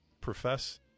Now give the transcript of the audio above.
profess